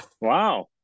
wow